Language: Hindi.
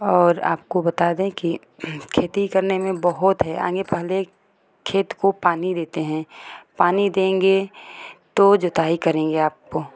और आपको बता दे कि खेती करने में बहुत है आगे पहले खेत को पानी देते हैं पानी देंगे तो जुताई करेंगे आपको